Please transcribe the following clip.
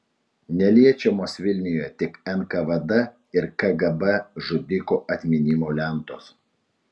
neliečiamos vilniuje tik nkvd ir kgb žudikų atminimo lentos